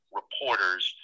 reporters